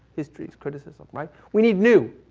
history, criticism. right. we need new.